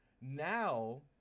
Now